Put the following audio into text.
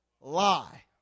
lie